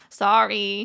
sorry